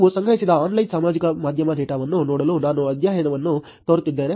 ನಾವು ಸಂಗ್ರಹಿಸಿದ ಆನ್ಲೈನ್ ಸಾಮಾಜಿಕ ಮಾಧ್ಯಮ ಡೇಟಾವನ್ನು ನೋಡಲು ನಾನು ಅಧ್ಯಯನವನ್ನು ತರುತ್ತಿದ್ದೇನೆ